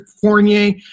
Fournier